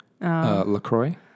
LaCroix